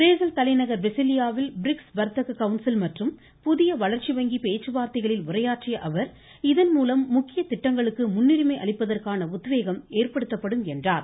Brazil தலைநகர் பிரசீலியாவில் BRICS வர்த்தக கவுன்சில் மற்றும் புதிய வளர்ச்சி வங்கி பேச்சுவார்த்தைகளில் உரையாற்றிய அவர் இதன்மூலம் முக்கிய திட்டங்களுக்கு முன்னுரிமை அளிப்பதற்கான உத்வேகம் ஏற்படுத்தப்படும் என்றார்